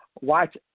Watch